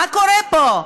מה קורה פה?